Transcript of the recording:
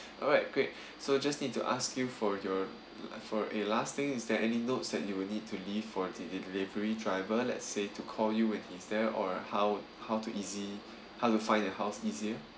alright great so just need to ask you for your uh for a last thing is there any notes that you will need to leave for the delivery driver let's say to call you when his there or how how to easy how to find your house easier